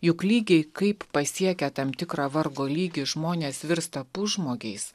juk lygiai kaip pasiekę tam tikrą vargo lygį žmonės virsta pusžmogiais